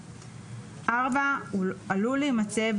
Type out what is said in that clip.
הוא לא עלול להימצא,